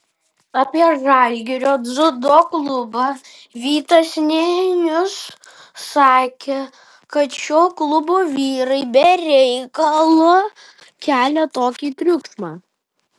apie žalgirio dziudo klubą vytas nėnius sakė kad šio klubo vyrai be reikalo kelia tokį triukšmą